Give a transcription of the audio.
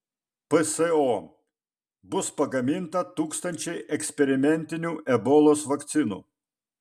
pso bus pagaminta tūkstančiai eksperimentinių ebolos vakcinų